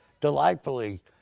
delightfully